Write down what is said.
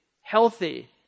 healthy